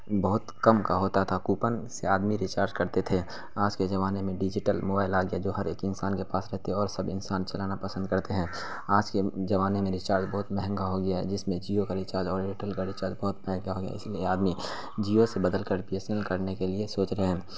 بہت کم کا ہوتا تھا کوپن سے آدمی ریچارج کرتے تھے آج کے زمانے میں ڈیجیٹل موائل آ گیا جو ہر ایک انسان کے پاس رہتے اور سب انسان چلانا پسند کرتے ہیں آج کے زمانے میں ریچارج بہت مہنگا ہو گیا ہے جس میں جیو کا ریچارج اور ایئرٹیل کا ریچارج بہت مہنگا ہو گیا اس لیے آدمی جیو سے بدل کر بی ایس این ایل کرنے کے لیے سوچ رہے ہیں